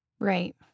Right